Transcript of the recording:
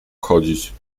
chodzić